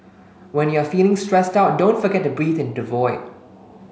when you are feeling stressed out don't forget to breathe into the void